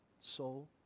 soul